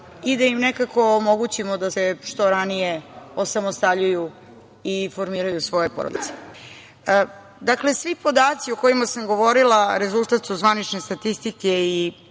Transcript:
i da im nekako omogućimo da se što ranije osamostaljuju i formiraju svoje porodice. Dakle, svi podaci o kojima sam govorila rezultat su zvanične statistike i